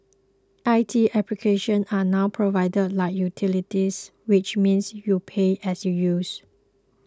I T applications are now provided like utilities which means you pay as you use